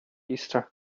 easter